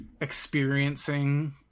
experiencing